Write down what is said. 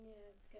Yes